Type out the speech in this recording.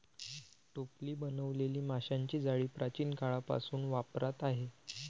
टोपली बनवलेली माशांची जाळी प्राचीन काळापासून वापरात आहे